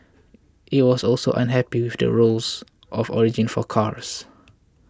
it was also unhappy with the rules of origin for cars